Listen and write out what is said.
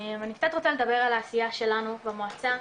אני קצת רוצה לדבר על העשייה שלנו במועצה,